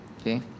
Okay